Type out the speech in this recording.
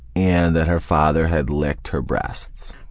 and that her father had licked her breasts.